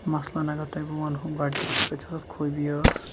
مَثلاً اَگَر تۄہہِ بہٕ وَنہو گۄڈٕنِچی کٔرِتھ خوٗبی ٲسۍ